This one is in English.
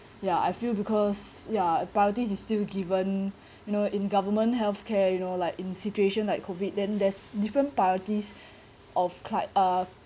ya I feel because ya priorities is still given you know in government healthcare you know like in situation like COVID then there's different priorities of cli~ uh